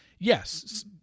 Yes